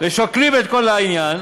ושוקלים את כל העניין,